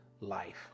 life